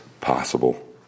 possible